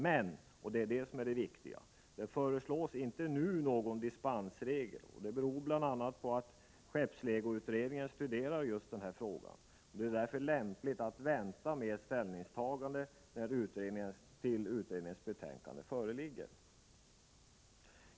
Men, och detta är det viktiga, det föreslås inte nu någon dispensregel. Det beror bl.a. på att skeppslegoutredningen studerar denna fråga. Det är därför lämpligt att vänta med ställningstagande tills utredningens betänkande föreligger.